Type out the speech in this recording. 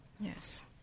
Yes